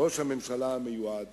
ראש הממשלה המיועד